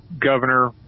Governor